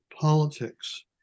politics